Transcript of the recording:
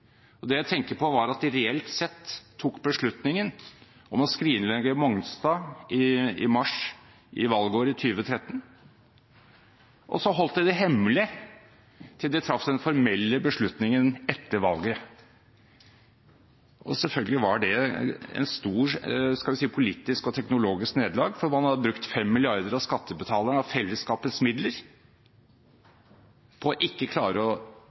Det jeg tenker på, var at de reelt sett tok beslutningen om å skrinlegge Mongstad i mars i valgåret 2013, og så holdt de det hemmelig til de traff den formelle beslutningen etter valget. Selvfølgelig var det et stort politisk og teknologisk nederlag, for man hadde brukt 5 mrd. kr av skattebetalernes og fellesskapets midler på ikke å klare å